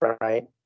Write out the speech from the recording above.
Right